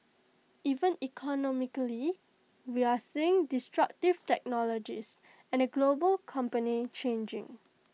even economically we're seeing destructive technologies and the global company changing